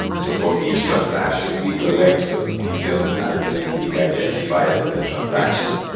so for each transaction, we collect those details as the unique identifiers of the transaction.